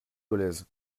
dolez